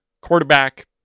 quarterback